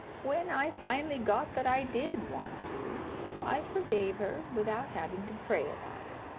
when i finally got that i did want to i forgave her without having to pray about it.